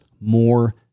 more